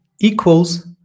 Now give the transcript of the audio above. equals